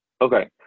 Okay